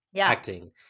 acting